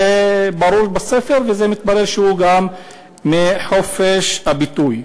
זה ברור בספר, וזה, מתברר, גם חופש הביטוי.